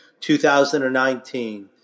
2019